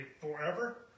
forever